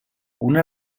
una